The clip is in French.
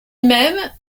même